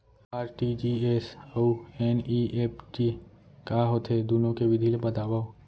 RTGS अऊ NEFT का होथे, दुनो के विधि ला बतावव